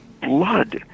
blood